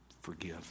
forgive